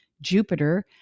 Jupiter